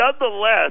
nonetheless